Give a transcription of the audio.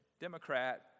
Democrat